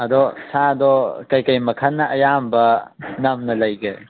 ꯑꯗꯣ ꯁꯥꯗꯣ ꯀꯔ ꯀꯔꯤ ꯃꯈꯜꯅ ꯑꯌꯥꯝꯕ ꯅꯝꯅ ꯂꯩꯒꯦ